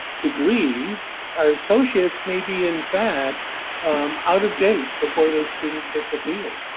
degrees our associates may be in fact out of date before those students hit the field.